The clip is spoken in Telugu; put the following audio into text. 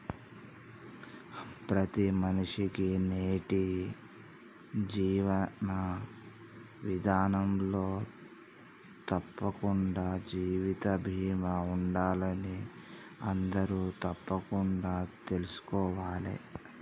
ప్రతి మనిషికీ నేటి జీవన విధానంలో తప్పకుండా జీవిత బీమా ఉండాలని అందరూ తప్పకుండా తెల్సుకోవాలే